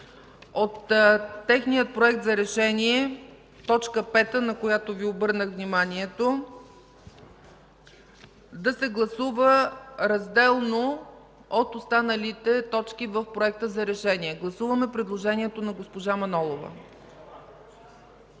от техния Проект за решение – т. 5, на която Ви обърнах внимание, да се гласува отделно от останалите точки в Проекта за решение. Гласуваме предложението на госпожа Манолова.